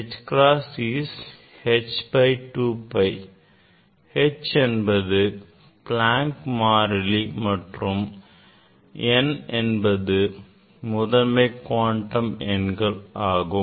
H cross is h by 2 pi h என்பது Planck மாறிலி மற்றும் n என்பது முதன்மை குவாண்டம் எண்கள் ஆகும்